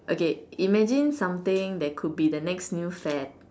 okay imagine something that could be the next new fad